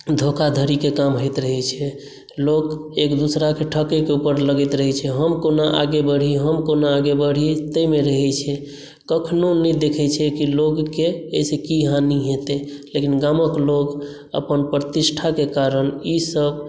धोखाधड़ीके काम होइत रहैत छै लोक एक दोसराके ठकयके ऊपर लगैत रहैत छै हम कोना आगे बढ़ी हम कोना आगे बढ़ी ताहिमे रहैत छै कखनहु नहि देखैत छै कि लोककेँ एहिसँ की हानि हेतै लेकिन गामक लोक अपन प्रतिष्ठाके कारण ईसभ